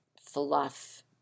fluff